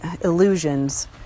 illusions